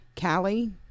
Callie